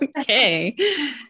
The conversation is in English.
Okay